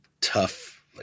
tough